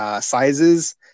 sizes